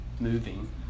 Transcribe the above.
moving